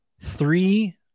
three